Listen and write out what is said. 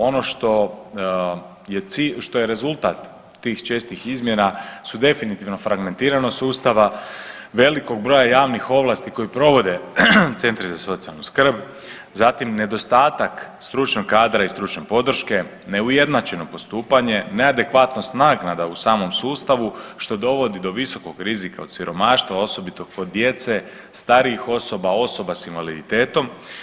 Ono što je cilj, što je rezultat tih čestih izmjena su definitivno fragmentiranost sustava, velikog broja javnih ovlasti koji provode centri za socijalnu skrb, zatim nedostatak stručnog kadra i stručne podrške, neujednačeno postupanje, neadekvatnost naknada u samom sustavu što dovodi do visokog rizika od siromaštava osobito kod djece, starijih osoba, osoba s invaliditetom.